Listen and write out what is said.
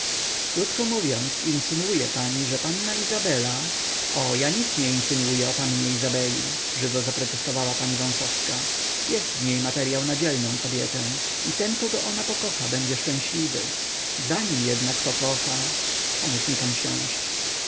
krótko mówiąc insynuuje pani że panna izabela o ja nic nie insynuuję o pannie izabeli żywo zaprotestowała pani wąsowska jest w niej materyał na dzielną kobietę i ten kogo ona pokocha będzie szczęśliwy zanim jednak pokocha pomóż mi pan